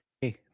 Hey